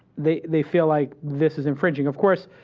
they they feel like, this is infringing, of course.